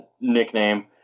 nickname